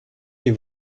les